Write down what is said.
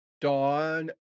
dawn